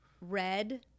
red